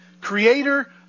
Creator